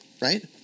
right